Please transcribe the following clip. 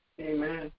Amen